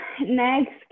next